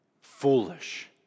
Foolish